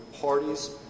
parties